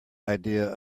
idea